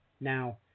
Now